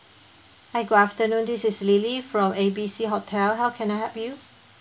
hi good afternoon this is lily from A B C hotel how can I help you